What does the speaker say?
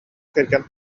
кэргэн